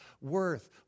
worth